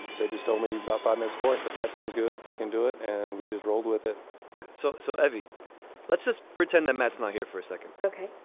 they just told me about five minutes for us so that sounds good. we can do it. and we just rolled with it yeah. so. so evy let's just pretend that matt's not here for a second okay.